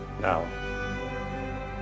Now